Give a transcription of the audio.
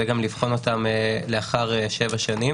וגם לבחון אותם לאחר שבע שנים.